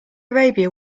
arabia